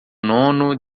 nono